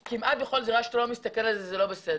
כמעט בכל זירה שאתה לא מסתכל על זה זה לא בסדר,